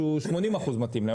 שהוא גם 80% מתאים להם.